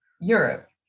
europe